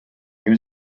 new